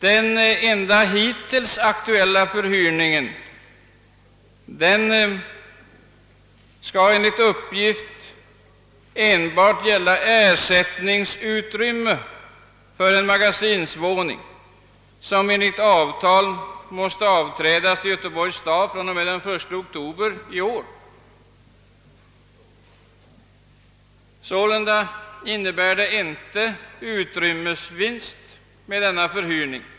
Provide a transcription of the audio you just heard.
Den enda hittills aktuella förhyrningen skulle enligt uppgift enbart gälla ersättningsutrymmen för en magasinsvåning, som enligt avtal måste avträdas till Göteborgs stad den 1 oktober i år. Sålunda innebär denna förhyrning inte någon utrymmesvinst.